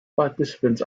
participants